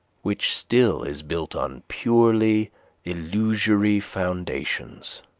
which still is built on purely illusory foundations.